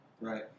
right